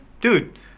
Dude